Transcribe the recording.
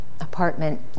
apartment